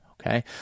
Okay